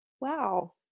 Wow